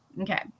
Okay